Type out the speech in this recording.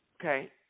Okay